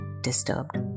disturbed